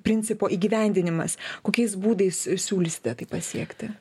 principo įgyvendinimas kokiais būdais siūlysite tai pasiekti